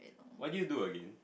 what did you do again